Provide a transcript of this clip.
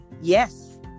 Yes